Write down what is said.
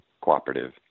cooperative